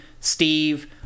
Steve